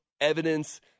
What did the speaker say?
evidence